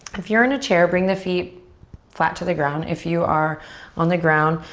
if you're in a chair, bring the feet flat to the ground. if you are on the ground,